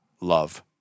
love